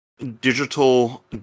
digital